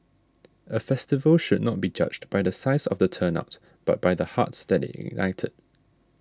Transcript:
a festival should not be judged by the size of the turnout but by the hearts that it ignited